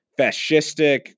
fascistic